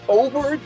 over